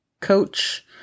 coach